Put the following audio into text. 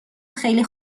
خیلی